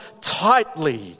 tightly